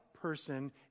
person